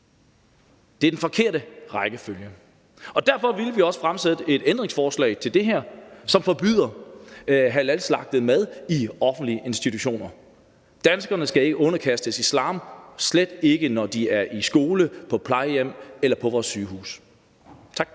Det er den forkerte rækkefølge. Derfor vil vi også fremsætte et ændringsforslag til det her, som forbyder halalslagtet mad i offentlige institutioner. Danskerne skal ikke underkastes islam – slet ikke, når de er i skole, på plejehjem eller på vores sygehuse. Tak.